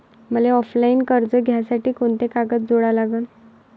मले ऑफलाईन कर्ज घ्यासाठी कोंते कागद जोडा लागन?